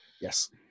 Yes